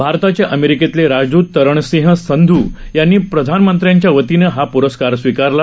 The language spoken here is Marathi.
भारताचेअमेरिकेतलेराजदूततरणजीतसिंहसंधूयांनीप्रधानमंत्र्यांच्यावतीनंहापुरस्कारस्विकारला